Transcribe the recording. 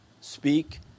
speak